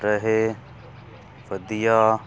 ਰਹੇ ਵਧੀਆ